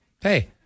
hey